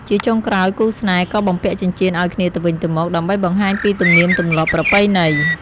ជាចុងក្រោយគូស្នេហ៍ក៏បំពាក់ចិញ្ចៀនឱ្យគ្នាទៅវិញទៅមក ដើម្បីបង្ហាញពីទំនៀមទម្លាប់ប្រពៃណី។